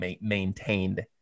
maintained